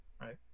Right